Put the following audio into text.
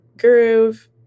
Groove